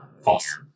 False